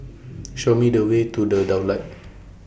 Show Me The Way to The Daulat